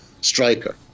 striker